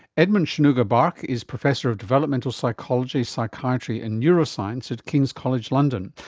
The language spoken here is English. edmund sonuga-barke is professor of developmental psychology, psychiatry and neuroscience at king's college london,